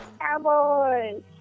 Cowboys